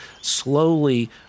Slowly